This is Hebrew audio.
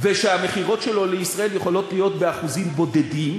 ושהמכירות שלו לישראל יכולות להיות באחוזים בודדים,